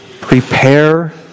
Prepare